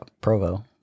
Provo